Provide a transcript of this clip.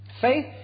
Faith